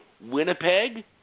Winnipeg